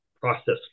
process